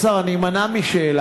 אדוני השר, אני אמנע משאלה.